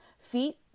feet